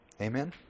Amen